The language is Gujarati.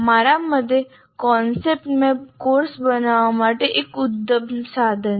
મારા મતે કોન્સેપ્ટ મેપ કોર્સ બનાવવા માટે એક ઉત્તમ સાધન છે